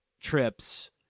trips